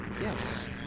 Yes